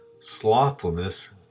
Slothfulness